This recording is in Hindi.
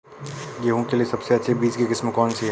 गेहूँ के लिए सबसे अच्छी बीज की किस्म कौनसी है?